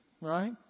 Right